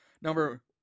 number